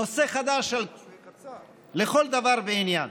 נושא חדש לכל דבר ועניין,